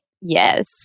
yes